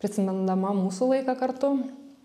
prisimindama mūsų laiką kartu